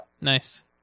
nice